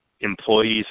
employees